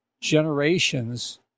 generations